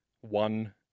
one